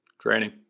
Training